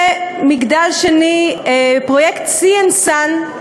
ומגדל שני, פרויקט "סי אנד סאן".